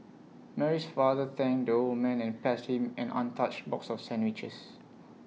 Mary's father thanked the old man and passed him an untouched box of sandwiches